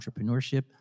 entrepreneurship